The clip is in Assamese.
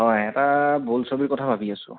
হয় এটা বোলছবিৰ কথা ভাবি আছোঁ